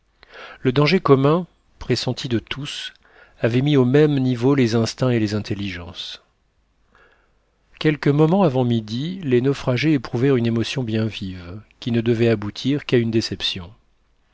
le danger commun pressenti de tous avait mis au même niveau les instincts et les intelligences quelques moments avant midi les naufragés éprouvèrent une émotion bien vive qui ne devait aboutir qu'à une déception